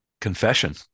confession